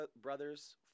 brothers